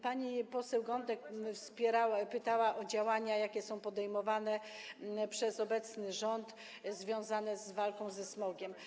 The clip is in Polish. Pani poseł Gądek pytała o działania, jakie są podejmowane przez obecny rząd, związane z walką ze smogiem.